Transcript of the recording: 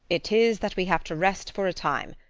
it is that we have to rest for a time,